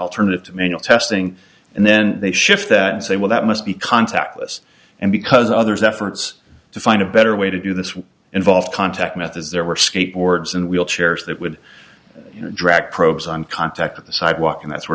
alternative to manual testing and then they shift that and say well that must be contactless and because others efforts to find a better way to do this would involve contact methods there were skateboards in wheelchairs that would drag probes on contact on the sidewalk and that sort